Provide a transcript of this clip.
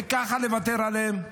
וככה לוותר עליהם?